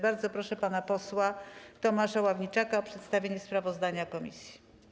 Bardzo proszę pana posła Tomasza Ławniczaka o przedstawienie sprawozdania komisji.